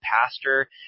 pastor